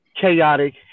chaotic